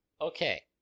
Okay